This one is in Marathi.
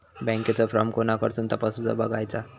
बँकेचो फार्म कोणाकडसून तपासूच बगायचा?